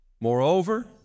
Moreover